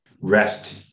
rest